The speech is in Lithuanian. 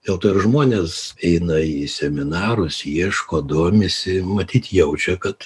dėl to ir žmonės eina į seminarus ieško domisi matyt jaučia kad